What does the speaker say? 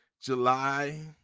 July